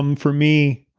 um for me,